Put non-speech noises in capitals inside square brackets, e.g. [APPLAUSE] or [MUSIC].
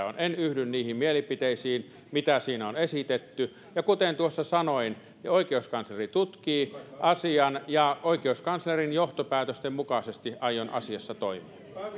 [UNINTELLIGIBLE] on ollut en yhdy niihin mielipiteisiin mitä siinä on esitetty ja kuten tuossa sanoin oikeuskansleri tutkii asian ja oikeuskanslerin johtopäätösten mukaisesti aion asiassa toimia